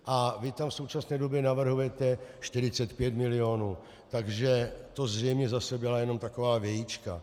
A vy tam v současné době navrhujete 45 milionů, takže to zřejmě zase byla jenom taková vějička.